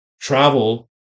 travel